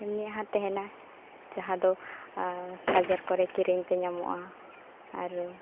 ᱮᱢᱱᱤᱭᱟᱜ ᱦᱚᱸ ᱛᱟᱦᱮᱱᱟ ᱡᱟᱦᱟᱸᱫᱚ ᱵᱟᱡᱟᱨ ᱠᱚᱨᱮ ᱠᱤᱨᱤᱧᱛᱮ ᱧᱟᱢᱚᱜᱼᱟ ᱟᱨ